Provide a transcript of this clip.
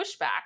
pushback